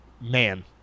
man